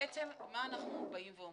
מה בעצם אנחנו באים ואומרים?